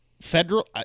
federal